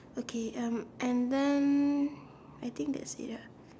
okay um and then I think that's it ah